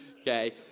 okay